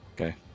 Okay